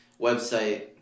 website